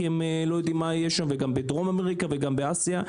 כי הם לא יודעים מה יהיה שם וגם בדרום אמריקה וגם באסיה,